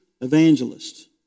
evangelist